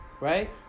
right